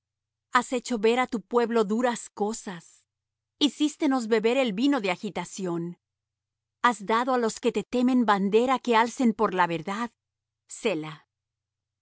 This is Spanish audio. has hecho ver á tu pueblo duras cosas hicístenos beber el vino de agitación has dado á los que te temen bandera que alcen por la verdad